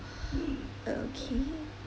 okay